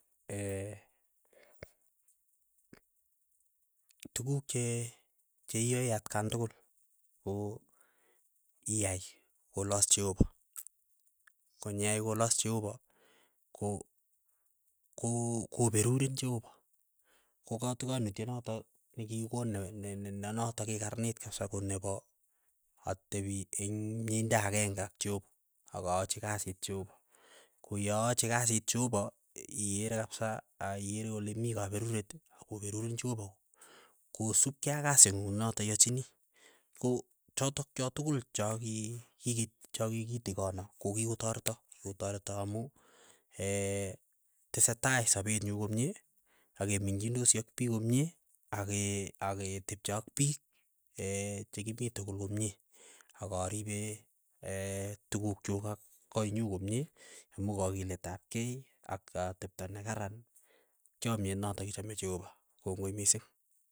tukuk che che iae atkan tukul ko iai kolas cheopa, ko nyeai kolas cheopa, ko- ko- koperurin cheopa, ko katikanutiet notok nikikikonin ne- ne- ne notok kikaranit kapsa ko nepo atepi eng' myeindo akeng'e ak cheopa, akaachi kasit cheopa, ko yaachi kasiit cheopa, i- i- iikere kapsa aa ikere kole mi kaperuret koperurin cheopa kosupkei ak kasing'ung notok iachini, ko chotok cha tukul cha ki- kikip cha kikitokono kokikotoreto kikotoreto amu tesetai sapeet nyu komie, ak kemenyngidosi ak piik komie akee akee tepche ak piik chekimii tukul komie, ak aripeeee tukuk chuk ak koi nyu komie, amu kakilet ap kei ak atepto ne karan, chomyet notok ichame cheopa, kongoi mising.